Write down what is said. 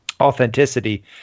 authenticity